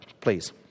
please